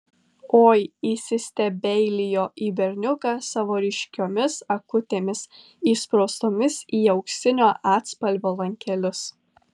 oi įsistebeilijo į berniuką savo ryškiomis akutėmis įspraustomis į auksinio atspalvio lankelius